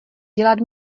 dělat